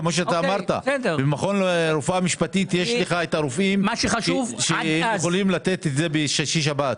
יש במכון באבו כביר רופאים שיכולים לתת את זה בשישי שבת.